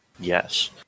Yes